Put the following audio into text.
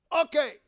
okay